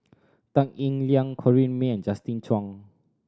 Tan Eng Liang Corrinne May and Justin Zhuang